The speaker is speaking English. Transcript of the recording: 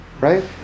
Right